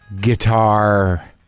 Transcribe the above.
Guitar